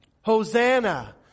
Hosanna